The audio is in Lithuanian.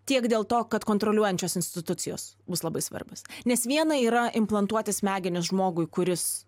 tiek dėl to kad kontroliuojančios institucijos bus labai svarbios nes viena yra implantuoti smegenis žmogui kuris